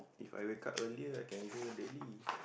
If I wake up earlier I can go daily